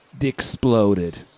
exploded